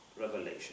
revelation